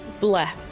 Bleh